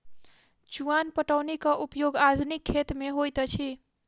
चुआन पटौनीक उपयोग आधुनिक खेत मे होइत अछि